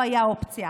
זו לא הייתה אופציה.